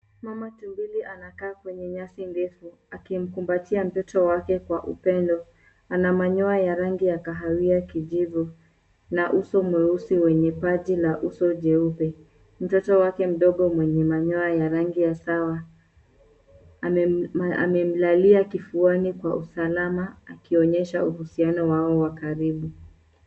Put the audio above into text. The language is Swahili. Mama tumbili anakaa kwenye nyasi ndefu akimkumbatia mtoto wake kwa upendo. Ana manyoya ya rangi ya kahawia kijivu na uso mweusi wenye paji la uso jeupe. Mtoto wake mdogo mwenye manyoya ya rangi ya sawa amemlalia kifuani kwa usalama akionyesha uhusiano wao wa karibu.